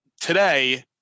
today